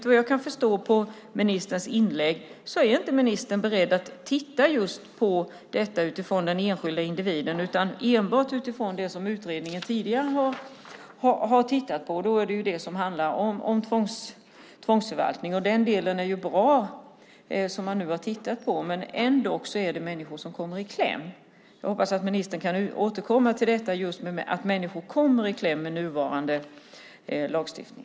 Vad jag förstår av ministerns inlägg är inte ministern beredd att titta på detta utifrån den enskilda individen utan enbart utifrån det som utredningen tidigare har tittat på. Då gäller det den del som handlar om tvångsförvaltning. Den delen är ju bra, men människor kommer ändå i kläm. Jag hoppas att ministern kan återkomma till just detta att människor kommer i kläm med nuvarande lagstiftning.